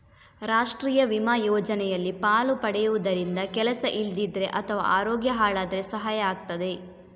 ರಾಷ್ಟೀಯ ವಿಮಾ ಯೋಜನೆಯಲ್ಲಿ ಪಾಲು ಪಡೆಯುದರಿಂದ ಕೆಲಸ ಇಲ್ದಿದ್ರೆ ಅಥವಾ ಅರೋಗ್ಯ ಹಾಳಾದ್ರೆ ಸಹಾಯ ಆಗ್ತದೆ